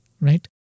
Right